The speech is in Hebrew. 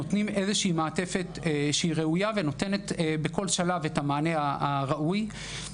נותנים מעטפת ראויה ונותנת בכל שלב את המענה הראוי.